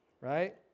right